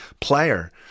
player